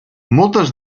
moltes